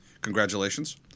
Congratulations